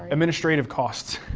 administrative costs